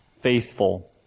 faithful